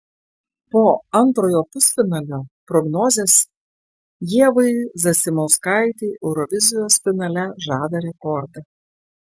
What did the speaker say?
po antrojo pusfinalio prognozės ievai zasimauskaitei eurovizijos finale žada rekordą